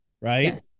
right